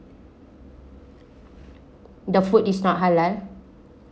the food is not halal